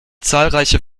zahlreiche